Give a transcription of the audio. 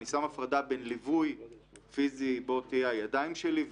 אני שם הפרדה בין ליווי פיזי בוא תהיה הידיים שלי,